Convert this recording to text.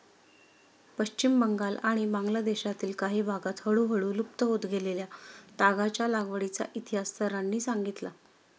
पश्चिम बंगाल आणि बांगलादेशातील काही भागांत हळूहळू लुप्त होत गेलेल्या तागाच्या लागवडीचा इतिहास सरांनी सांगितला